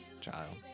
Child